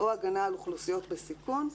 או הגנה על אוכלוסיות בסיכון,